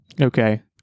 okay